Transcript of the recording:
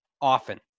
often